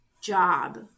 job